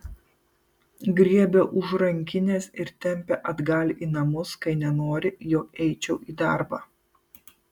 griebia už rankinės ir tempia atgal į namus kai nenori jog eičiau į darbą